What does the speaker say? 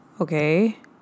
Okay